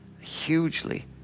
hugely